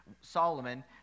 Solomon